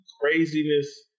Craziness